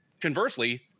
conversely